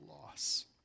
loss